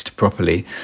Properly